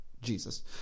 jesus